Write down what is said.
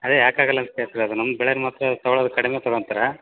ಅದೇ ಯಾಕೆ ಆಗೋಲ್ಲ ಅಂತ ಕೇಳ್ತೀವಿ ಅದು ನಮ್ಮ ಬೆಳೆ ಮಾತ್ರ ತಗೋಳೋದು ಕಡಿಮೆ ತಗೋಂತಾರೆ